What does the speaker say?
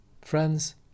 friends